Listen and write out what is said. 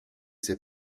ses